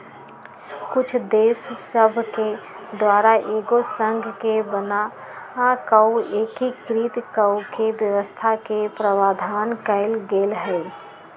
कुछ देश सभके द्वारा एगो संघ के बना कऽ एकीकृत कऽकेँ व्यवस्था के प्रावधान कएल गेल हइ